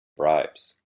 bribes